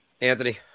Anthony